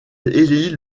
élit